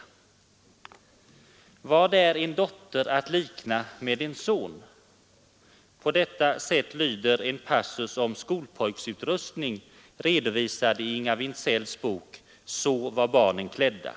”Hvad är en dotter att likna med en son?” Så lyder en passus om skolpojksutrustning, införd i Inga Wintzells bok Så var barnen klädda.